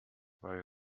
very